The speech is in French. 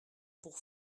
pour